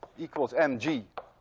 equals mg